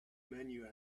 menu